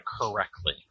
correctly